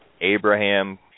Abraham